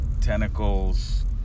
tentacles